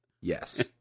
yes